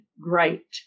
great